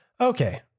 Okay